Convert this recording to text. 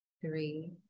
three